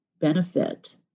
benefit